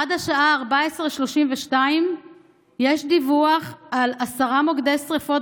עד השעה 14:32 יש דיווח על עשרה מוקדי שרפות